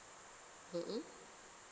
mm mm